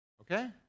Okay